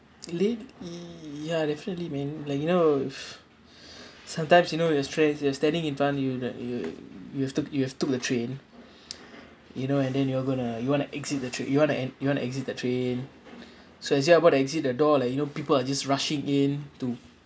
lately ya definitely man like you know sometimes you know you're stan~ you're standing in front you like you you've took you've took the train you know and then you're going to you want to exit the train you want to en~ you want to exit the train so as you about to exit the door like you know people are just rushing in to